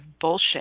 bullshit